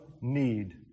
need